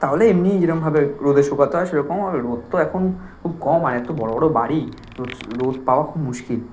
তাহলে এমনিই যেরকমভাবে রোদে শুকোতে হয় সেরকমভাবে রোদ তো এখন খুব কম আর এত বড় বড় বাড়ি রোদ পাওয়া খুব মুশকিল